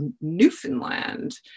Newfoundland